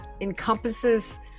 encompasses